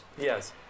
Yes